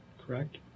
Correct